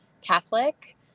Catholic